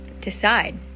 Decide